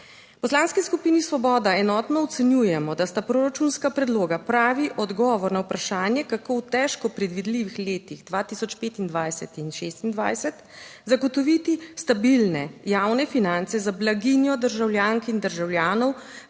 Poslanski skupini Svoboda enotno ocenjujemo, da sta proračunska predloga pravi odgovor na vprašanje kako v težko predvidljivih letih 2025 in 2026 zagotoviti stabilne javne finance za blaginjo državljank in državljanov